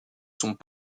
sont